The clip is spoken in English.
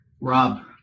Rob